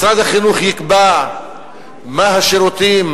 משרד החינוך יקבע מה השירותים,